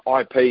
IP